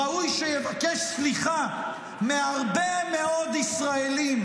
ראוי שיבקש סליחה מהרבה מאוד ישראלים